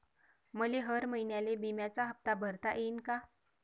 मले हर महिन्याले बिम्याचा हप्ता भरता येईन का?